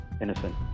innocent